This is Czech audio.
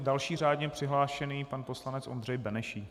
Další řádně přihlášený pan poslanec Ondřej Benešík.